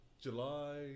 July